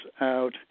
out